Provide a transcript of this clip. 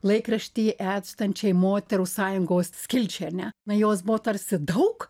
laikraštį etstančei moterų sąjungos skilčiai ar ne na jos buvo tarsi daug